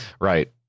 Right